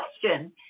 question